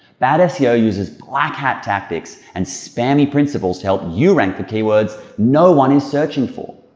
bad seo uses black hat tactics and spammy principles to help you rank for keywords no one is searching for.